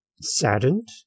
saddened